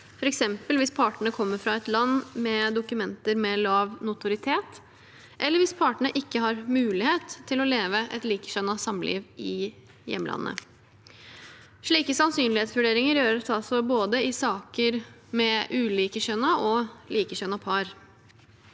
f.eks. hvis partene kommer fra et land med dokumenter med lav notoritet, eller hvis partene ikke har mulighet til å leve et likekjønnet samliv i hjemlandet. Slike sannsynlighetsvurderinger gjøres altså både i saker med ulikekjønnede og i saker